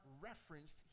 referenced